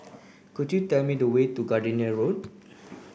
could you tell me the way to Gardenia Road